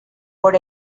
por